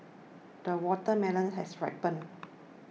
the watermelon has ripened